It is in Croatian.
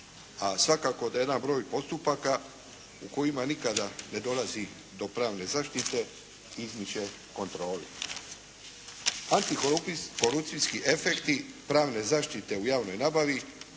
A svakako da jedan broj postupaka u kojima nikada ne dolazi do pravne zaštite izmiče kontroli. Antikorupcijski efekti pravne zaštite u javnoj nabavi